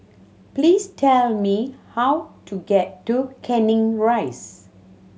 please tell me how to get to Canning Rise